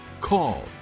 call